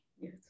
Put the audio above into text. Yes